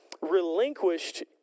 relinquished